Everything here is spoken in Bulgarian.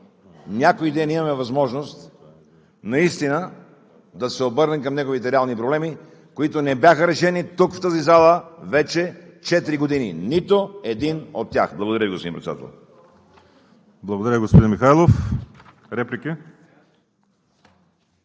някой ден имаме възможност наистина да се обърнем към неговите реални проблеми, които не бяха решени тук, в тази зала, вече четири години, нито един от тях. Благодаря Ви, господин Председател. ПРЕДСЕДАТЕЛ ВАЛЕРИ СИМЕОНОВ: Благодаря, господин Михайлов. Реплики?